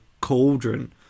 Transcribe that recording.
cauldron